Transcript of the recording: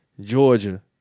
Georgia